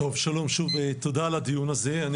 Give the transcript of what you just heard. תודה על הדיון הזה.